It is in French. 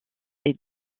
est